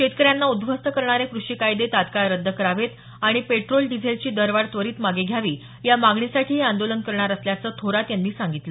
शेतकऱ्यांना उध्वस्त करणारे क्रषी कायदे कायदे तत्काळ रद्द करावेत आणि पेट्रोल डिझेलची दरवाढ त्वरीत मागे घ्यावी या मागणीसाठी हे आंदोलन करणार असल्याचं थोरात यांनी सांगितलं